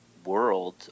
world